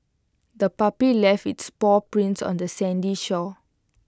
the puppy left its paw prints on the sandy shore